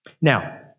Now